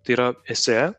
tai yra esė